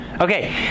Okay